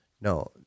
no